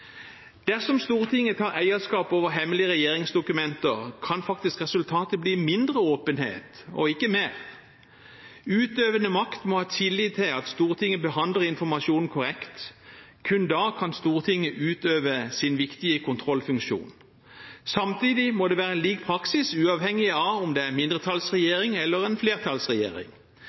Dersom Stortinget tar eierskap over hemmelige regjeringsdokumenter, kan faktisk resultatet bli mindre åpenhet, og ikke mer. Utøvende makt må ha tillit til at Stortinget behandler informasjonen korrekt. Kun da kan Stortinget utøve sin viktige kontrollfunksjon. Samtidig må det være lik praksis uavhengig av om det er mindretallsregjering eller flertallsregjering. Respekten for sikkerhetsloven må være lik uavhengig av om en